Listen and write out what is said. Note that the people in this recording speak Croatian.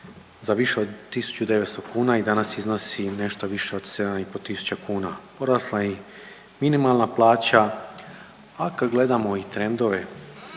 za više od 1900 kuna i danas iznosi nešto više od 7 i pol tisuća kuna. Porasla je i minimalna plaća, a kad gledamo i trendove